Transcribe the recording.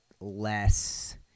less